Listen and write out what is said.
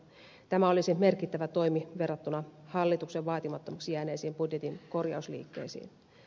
tämä olisi merkittävä toimi verrattuna hallituksen vaatimattomiksi jääneisiin budjetin korjausliikkeisiin